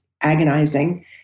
agonizing